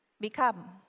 Become